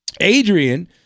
Adrian